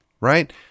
right